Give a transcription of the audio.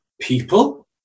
people